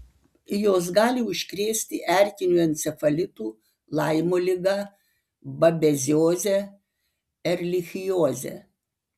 jos gali užkrėsti erkiniu encefalitu laimo liga babezioze erlichioze